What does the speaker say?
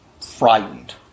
frightened